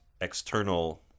external